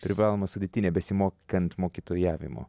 privaloma sudėtinė besimokant mokytojavimo